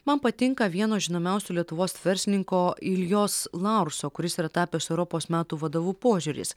man patinka vieno žinomiausių lietuvos verslininko iljos laurso kuris yra tapęs europos metų vadovu požiūris